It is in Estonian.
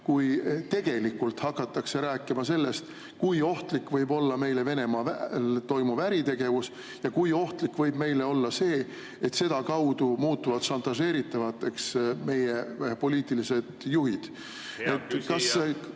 kui tegelikult hakatakse rääkima sellest, kui ohtlik võib olla meile Venemaal toimuv äritegevus ja kui ohtlik võib meile olla see, et sedakaudu muutuvad šantažeeritavaks meie poliitilised juhid. Kas